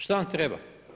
Šta vam treba?